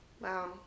wow